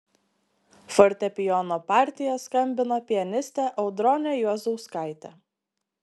fortepijono partiją skambino pianistė audronė juozauskaitė